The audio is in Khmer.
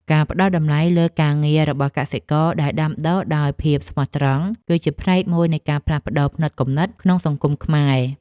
ការផ្តល់តម្លៃលើការងាររបស់កសិករដែលដាំដុះដោយភាពស្មោះត្រង់ គឺជាផ្នែកមួយនៃការផ្លាស់ប្តូរផ្នត់គំនិតក្នុងសង្គមខ្មែរ។